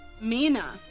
Mina